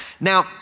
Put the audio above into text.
Now